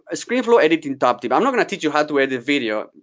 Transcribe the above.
ah screenflow editing topic. i'm not going to teach you how to edit video.